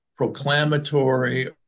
proclamatory